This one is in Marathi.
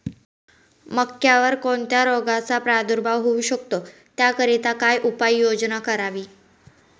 मक्यावर कोणत्या रोगाचा प्रादुर्भाव होऊ शकतो? त्याकरिता काय उपाययोजना करावी?